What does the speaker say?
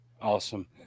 awesome